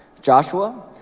Joshua